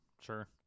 Sure